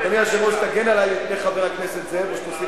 תאמין לי, ה"חיזבאללה" פראיירים